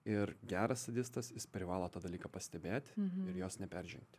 ir geras sadistas jis privalo tą dalyką pastebėt ir jos neperžengt